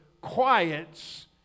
quiets